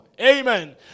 Amen